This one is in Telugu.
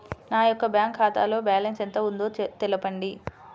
నా యొక్క బ్యాంక్ ఖాతాలో బ్యాలెన్స్ ఎంత ఉందో తెలపండి?